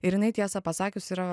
ir jinai tiesą pasakius yra